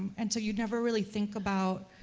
and so you never really think about,